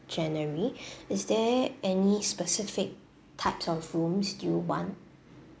january is there any specific types of rooms do you want